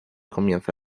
comienza